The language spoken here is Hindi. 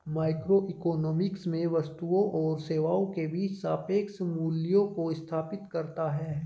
माइक्रोइकोनॉमिक्स में वस्तुओं और सेवाओं के बीच सापेक्ष मूल्यों को स्थापित करता है